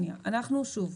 שוב,